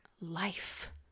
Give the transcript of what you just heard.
life